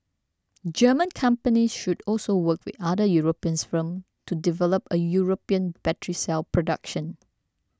German companies should also work with other Europeans firm to develop a European battery cell production